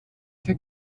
der